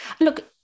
Look